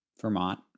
Vermont